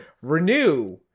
Renew